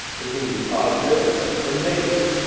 is gonna be positive? or negative?